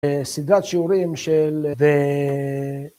סדרת שיעורים של...